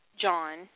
John